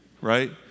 right